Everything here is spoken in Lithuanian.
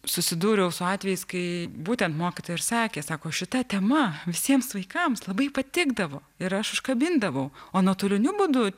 susidūriau su atvejais kai būtent mokytoja ir sakė sako šita tema visiems vaikams labai patikdavo ir aš užkabindavau o nuotoliniu būdu